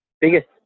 biggest